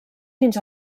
fins